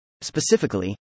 Specifically